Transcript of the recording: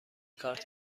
کارت